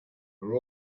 her